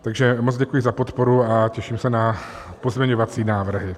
Takže moc děkuji za podporu a těším se na pozměňovací návrhy.